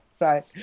right